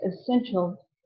essential